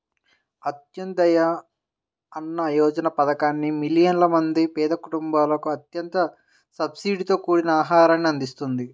అంత్యోదయ అన్న యోజన పథకాన్ని మిలియన్ల మంది పేద కుటుంబాలకు అత్యంత సబ్సిడీతో కూడిన ఆహారాన్ని అందిస్తుంది